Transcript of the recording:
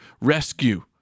rescue